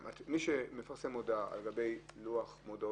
מי שמפרסם מודעה על גבי לוח מודעה